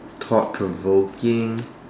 thought provoking